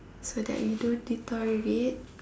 so that we don't deteriorate